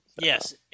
Yes